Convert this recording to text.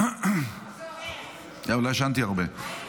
לא ישנתי הרבה.